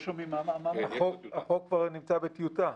החוק כבר נמצא בטיוטה?